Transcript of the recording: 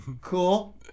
cool